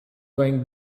going